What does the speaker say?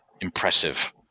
impressive